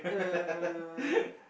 uh